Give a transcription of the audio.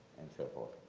and so forth.